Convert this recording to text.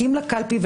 תבדקי את זה שוב.